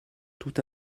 toute